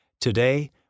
Today